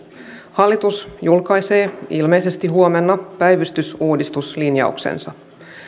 hallitus julkaisee ilmeisesti huomenna päivystysuudistuslinjauksensa